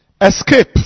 Escape